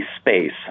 space